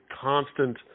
constant